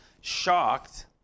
shocked